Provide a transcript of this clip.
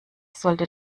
sollte